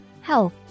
health